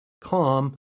calm